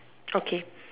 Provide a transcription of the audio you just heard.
okay